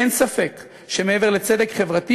אין ספק שמעבר לצדק חברתי,